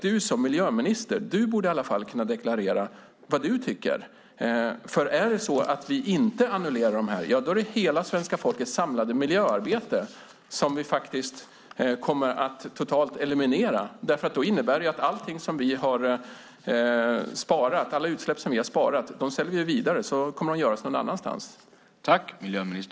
Du som miljöminister borde kunna deklarera vad du tycker. Om vi inte annullerar dem kommer vi att totalt eliminera hela svenska folkets samlade miljöarbete, för det innebär i så fall att alla utsläpp som vi har sparat säljer vi vidare och så kommer de att ske någon annanstans i stället.